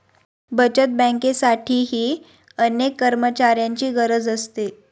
बचत बँकेसाठीही अनेक कर्मचाऱ्यांची गरज असते